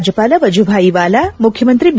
ರಾಜ್ಯಪಾಲ ವಜೂಭಾಯಿ ವಾಲಾ ಮುಖ್ಯಮಂತ್ರಿ ಬಿ